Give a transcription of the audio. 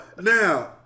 Now